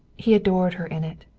he adored her in it.